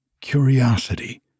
Curiosity